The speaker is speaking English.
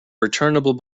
returnable